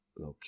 Okay